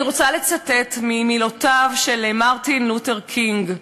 אני רוצה לצטט ממילותיו של מרטין לותר קינג.